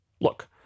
look